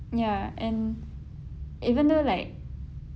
ya and even though like